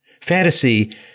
Fantasy